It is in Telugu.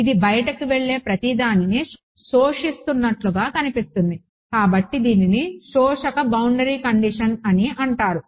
ఇది బయటికి వెళ్ళే ప్రతిదానిని శోషిస్తున్నట్లుగా కనిపిస్తుంది కాబట్టి దీనిని శోషక బౌండరీ కండిషన్ ని అంటారు